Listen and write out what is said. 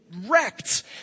wrecked